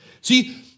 See